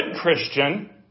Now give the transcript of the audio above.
Christian